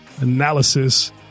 analysis